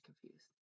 confused